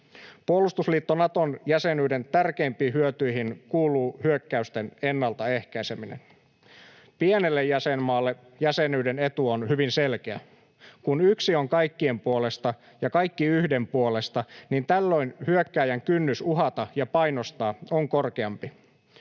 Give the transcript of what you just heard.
Puolustusliitto Naton jäsenyyden tärkeimpiin hyötyihin kuuluu hyökkäysten ennalta ehkäiseminen. Pienelle jäsenmaalle jäsenyyden etu on hyvin selkeä. Kun yksi on kaikkien puolesta ja kaikki yhden puolesta, niin tällöin hyökkääjän kynnys uhata ja painostaa on korkeampi.